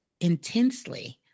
intensely